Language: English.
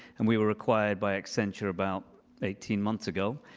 and we were acquired by accenture about eighteen months ago.